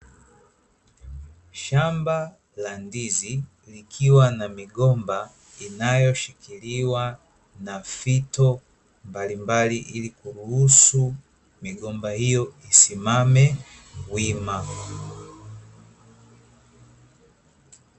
Shamba la ndizi, likiwa na migomba inayoshikiliwa na fito mbalimbali, ili kuruhusu migomba hiyo isimame wima.